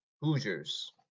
Hoosiers